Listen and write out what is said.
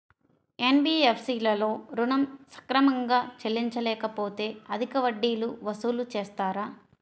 NBFC లలో ఋణం సక్రమంగా చెల్లించలేకపోతె అధిక వడ్డీలు వసూలు చేస్తారా?